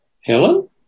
Helen